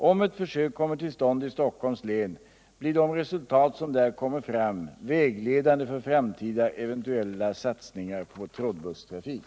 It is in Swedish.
Om ett försök kommer till stånd i Stockholms län blir de resultat som där kommer fram vägledande för framtida eventuella satsningar på trådbusstrafik.